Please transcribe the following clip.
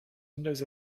windows